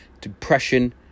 depression